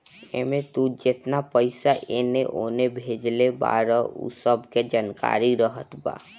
एमे तू जेतना पईसा एने ओने भेजले बारअ उ सब के जानकारी रहत बा